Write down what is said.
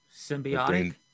Symbiotic